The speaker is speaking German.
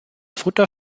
futter